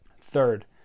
Third